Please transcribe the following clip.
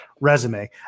resume